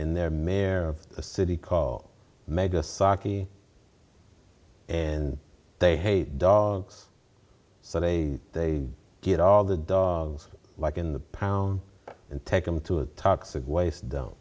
in there mayor of a city called mega saki and they hate dogs so they they get all the dogs like in the pound and take them to a toxic waste d